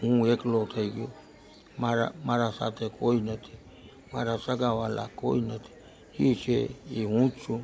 હું એકલો થઈ ગયો મારા મારા સાથે કોઈ નથી મારા સગાવાલા કોઈ નથી જે છે એ હું જ છું